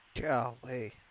Golly